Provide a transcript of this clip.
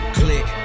click